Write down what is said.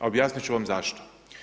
A objasnit ću vam zašto.